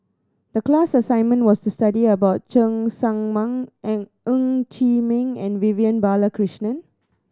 the class assignment was to study about Cheng Tsang Man and Ng Chee Meng and Vivian Balakrishnan